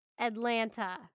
Atlanta